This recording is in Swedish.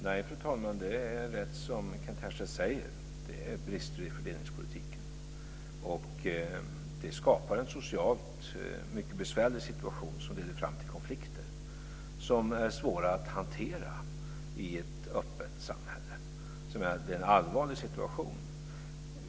Fru talman! Nej, det är riktigt, som Kent Härstedt säger, att det är brister i fördelningspolitiken. Det skapar en socialt mycket besvärlig situation, som leder fram till konflikter som är svåra att hantera i ett öppet samhälle. Det är en allvarlig situation.